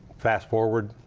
fast forward,